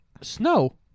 snow